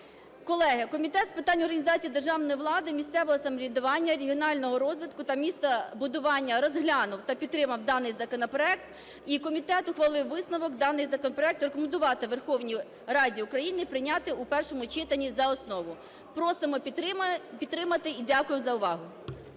Колеги, Комітет з питань організації державної влади, місцевого самоврядування, регіонального розвитку та містобудування розглянув та підтримав даний законопроект. І комітет ухвалив висновок: даний законопроект рекомендувати Верховній Раді Україні прийняти у першому читанні за основу. Просимо підтримати. Дякую за увагу.